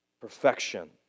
Perfection